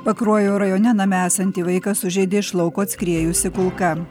pakruojo rajone name esantį vaiką sužeidė iš lauko atskriejusi kulka